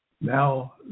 Now